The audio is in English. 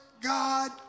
God